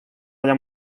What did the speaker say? haya